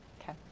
okay